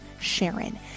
Sharon